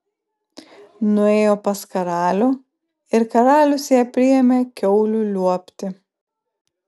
nuėjo pas karalių ir karalius ją priėmė kiaulių liuobti